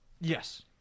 Yes